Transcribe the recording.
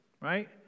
right